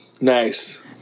Nice